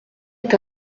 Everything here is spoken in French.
est